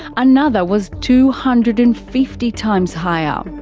another was two hundred and fifty times higher.